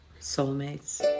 Soulmates